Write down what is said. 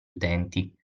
utenti